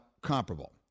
comparable